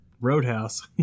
Roadhouse